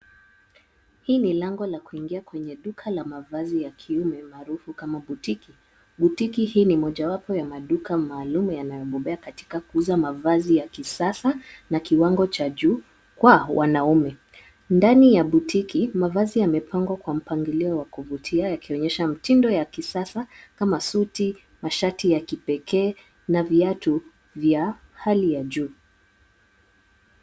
Hii ni lango la kuingia kwenye duka la mavazi ya kiume maarufu kama botiki . Botiki hii ni mmojawapo wa maduka maalum yanayobobea katika kuuza mavazi ya kisasa na kiwango cha juu kwa wanaume. Ndani ya botiki , mavazi yamepangwa kwa mpangilio wa kuvutia yakionyesha mtindo ya kisasa kama suti, mashati ya kipekee na viatu vya hali ya juu.